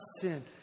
sin